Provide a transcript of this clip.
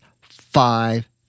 five